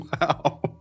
Wow